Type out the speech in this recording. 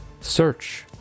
search